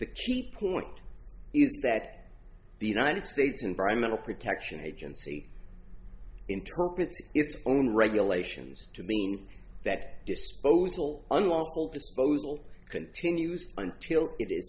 the key point is that the united states environmental protection agency interprets its own regulations to mean that disposal unlawful disposal continues